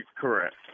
correct